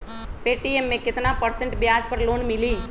Paytm मे केतना percent ब्याज पर लोन मिली?